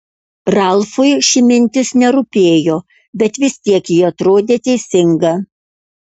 ralfui ši mintis nerūpėjo bet vis tiek ji atrodė teisinga